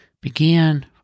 began